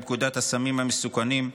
פקודת הסמים המסוכנים,